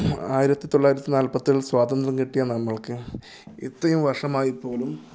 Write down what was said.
ആയിരത്തി തൊള്ളായിരത്തി നാൽപ്പത്തി ഏഴിൽ സ്വാതന്ത്രം കിട്ടിയ നമ്മൾക്ക് ഇത്രയും വർഷമായി പോലും